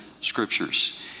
scriptures